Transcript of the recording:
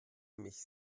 mich